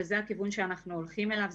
וזה הכיוון שאנחנו הולכים אליו.